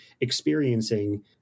experiencing